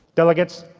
delegates,